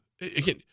Again